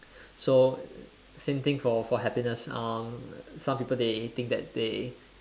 so same thing for for happiness um some people they think that they